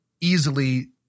easily –